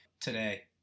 today